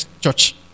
church